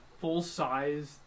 full-size